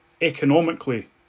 economically